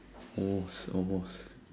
almost almost